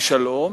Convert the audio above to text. בשלום,